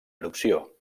erupció